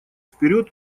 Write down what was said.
вперед